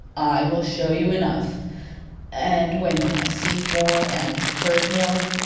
i will show you enough and when you have seen more and heard more,